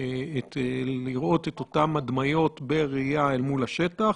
לראות את אותן הדמיות בראייה אל מול השטח,